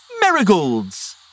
Marigolds